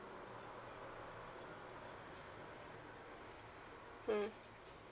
mm